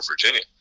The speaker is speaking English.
Virginia